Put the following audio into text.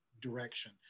direction